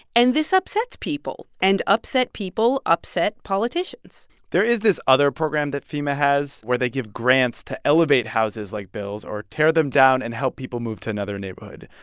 and this upsets people. and upset people upset politicians there is this other program that fema has where they give grants to elevate houses like bill's or tear them down and help people move to another neighborhood.